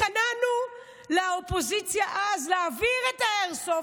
התחננו לאופוזיציה אז להעביר את האיירסופט,